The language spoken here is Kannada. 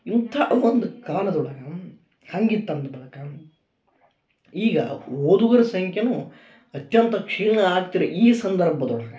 ಇಂಥ ಒಂದು ಕಾಲದೊಳಗೆ ಹಂಗಿತ್ತು ಈಗ ಓದುಗರ ಸಂಖ್ಯೆನೂ ಅತ್ಯಂತ ಕ್ಷೀಣ ಆಯ್ತ್ರಿ ಈ ಸಂದರ್ಭದೊಳಗೆ